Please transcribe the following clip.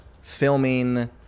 filming